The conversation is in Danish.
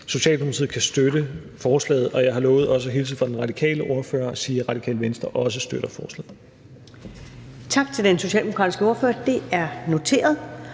Socialdemokratiet kan støtte forslaget, og jeg har lovet også at hilse fra den radikale ordfører og sige, at Radikale Venstre også støtter forslaget. Kl. 20:48 Første næstformand (Karen